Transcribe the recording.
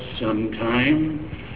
sometime